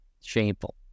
shameful